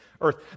earth